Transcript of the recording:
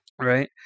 Right